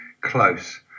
close